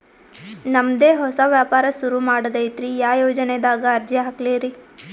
ನಮ್ ದೆ ಹೊಸಾ ವ್ಯಾಪಾರ ಸುರು ಮಾಡದೈತ್ರಿ, ಯಾ ಯೊಜನಾದಾಗ ಅರ್ಜಿ ಹಾಕ್ಲಿ ರಿ?